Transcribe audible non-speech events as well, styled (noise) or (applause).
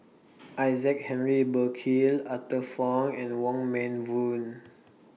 (noise) Isaac Henry Burkill Arthur Fong and Wong Meng Voon